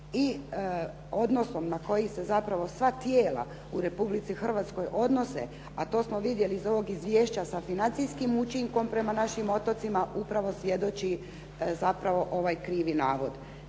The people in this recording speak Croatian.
I odnosnom na koji se zapravo sva tijela u Republici Hrvatskoj odnose, a to smo vidjeli iz ovog izvješća sa financijskim učinkom prema našim otocima, upravo svjedoči zapravo ovaj krivi navod.